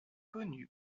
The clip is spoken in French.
connu